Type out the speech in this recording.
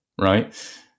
right